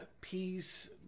peace